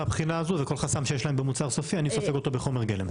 מהבחינה הזאת כל חסם שיש להם במוצר סופי אני סופג אותו בחומר גלם.